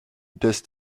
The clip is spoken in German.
des